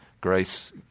grace